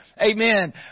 Amen